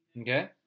Okay